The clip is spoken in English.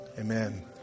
Amen